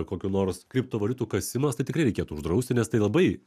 kokių nors kriptovaliutų kasimas tai tikrai reikėtų uždrausti nes tai labai